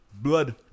Blood